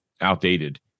outdated